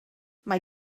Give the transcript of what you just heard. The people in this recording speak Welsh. mae